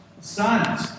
Sons